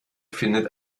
findet